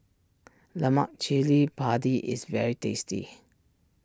Lemak chilli Padi is very tasty